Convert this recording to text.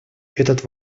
этот